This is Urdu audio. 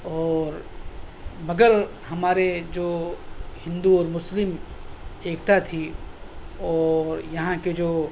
اور مگر ہمارے جو ہندو اور مسلم ایکتا تھی اور یہاں کے جو